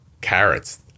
carrots